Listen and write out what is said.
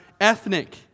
ethnic